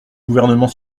gouvernement